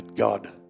God